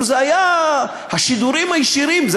זה היה השידורים הישירים.